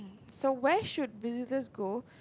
so where should visitors go